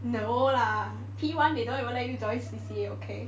no lah P one they don't even let you join C_C_A okay